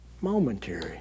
Momentary